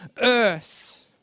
earth